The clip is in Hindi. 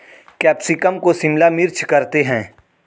कैप्सिकम को शिमला मिर्च करते हैं